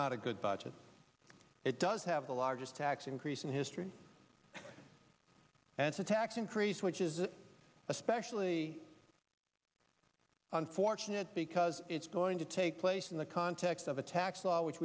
not a good budget it does have the largest tax increase in history and it's a tax increase which is it especially unfortunate because it's going to take place in the context of a tax law which